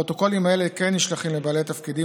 הפרוטוקולים האלה כן נשלחים לבעלי תפקידים,